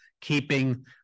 keeping